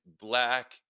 black